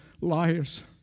liars